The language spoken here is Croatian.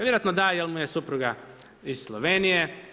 Vjerojatno da jer mu je supruga iz Slovenije.